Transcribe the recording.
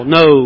no